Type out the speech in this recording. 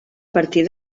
partir